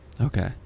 Okay